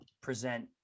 present